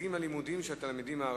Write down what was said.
ההישגים הלימודיים של התלמידים הערבים,